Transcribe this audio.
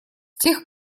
тех